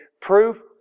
proof